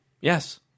Yes